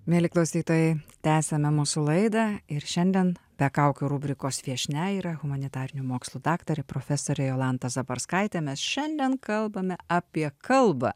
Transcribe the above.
mieli klausytojai tęsiame mūsų laidą ir šiandien be kaukių rubrikos viešnia yra humanitarinių mokslų daktarė profesorė jolanta zabarskaitė mes šiandien kalbame apie kalbą